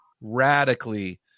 radically